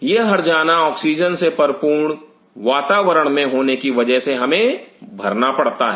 यह हर्जाना ऑक्सीजन से परिपूर्ण वातावरण में होने की वजह से हमें भरना पड़ता है